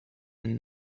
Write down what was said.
and